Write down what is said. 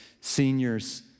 seniors